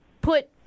put